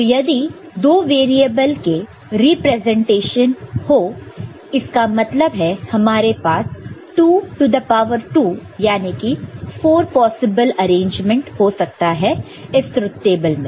तो यदि दो वेरिएबल क रीप्रेजेंटेशन हो इसका मतलब है हमारे पास 2 टू द पावर 2 याने की 4 पॉसिबल अरेंजमेंट हो सकता है इस ट्रूथ टेबल में